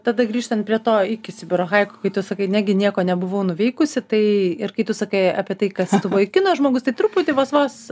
tada grįžtant prie to iki sibiro haiku kai tu sakai negi nieko nebuvau nuveikusi tai ir kai tu sakei apie tai kad tu va kino žmogus tai truputį vos vos